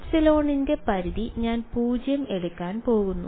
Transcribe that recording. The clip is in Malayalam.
എപ്സിലോണിന്റെ പരിധി ഞാൻ 0 എടുക്കാൻ പോകുന്നു